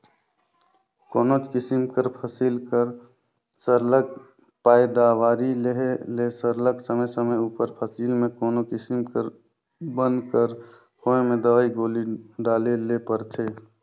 कोनोच किसिम कर फसिल कर सरलग पएदावारी लेहे ले सरलग समे समे उपर फसिल में कोनो किसिम कर बन कर होए में दवई गोली डाले ले परथे